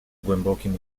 głębokim